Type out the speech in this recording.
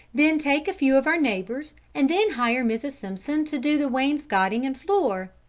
then take a few of our neighbours', and then hire mrs. simpson to do the wainscoting and floor.